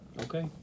okay